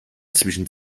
zwischen